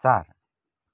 चार